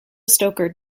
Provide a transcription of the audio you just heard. stoker